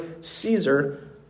Caesar